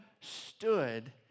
stood